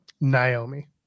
Naomi